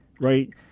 right